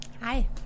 Hi